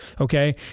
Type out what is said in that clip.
okay